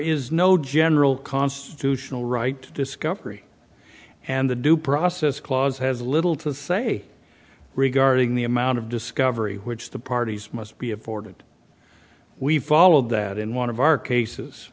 is no general constitutional right to discovery and the due process clause has little to say regarding the amount of discovery which the parties must be afforded we followed that in one of our cases